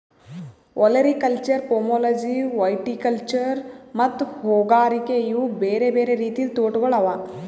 olericulture, pomology, viticulture ಮತ್ತ ಹೂಗಾರಿಕೆ ಇವು ಬೇರೆ ಬೇರೆ ರೀತಿದ್ ತೋಟಗೊಳ್ ಅವಾ